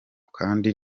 kandi